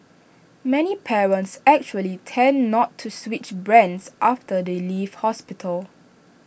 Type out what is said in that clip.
many parents actually tend not to switch brands after they leave hospital